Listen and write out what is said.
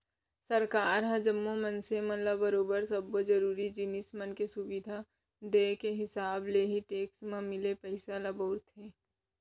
सरकार ह जम्मो मनसे मन ल बरोबर सब्बो जरुरी जिनिस मन के सुबिधा देय के हिसाब ले ही टेक्स म मिले पइसा ल बउरथे